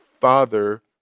father